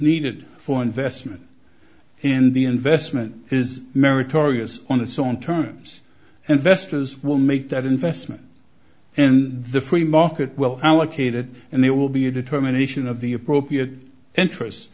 needed for investment and the investment is meritorious on its own terms and vestas will make that investment and the free market will allocate it and there will be a determination of the appropriate interest